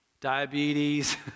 Diabetes